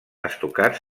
estucat